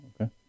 okay